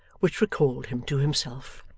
which recalled him to himself.